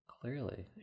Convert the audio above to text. Clearly